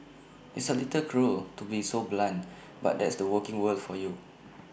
it's A little cruel to be so blunt but that's the working world for you